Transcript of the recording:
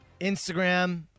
instagram